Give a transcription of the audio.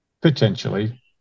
Potentially